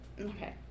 okay